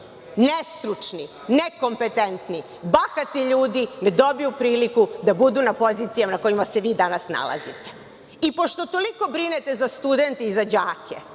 nestručni, nekompetentni, bahati ljudi ne dobiju priliku da budu na pozicijama na kojima se vi danas nalazite. Pošto toliko brinete za studente i za đake,